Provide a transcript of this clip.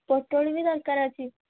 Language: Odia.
ପୋଟଳ ବି ଦରକାର ଅଛି